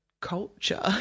culture